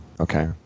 Okay